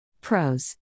Pros